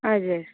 हजुर